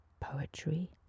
poetry